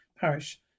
parish